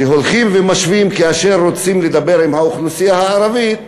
רוצים לדבר עם האוכלוסייה הערבית,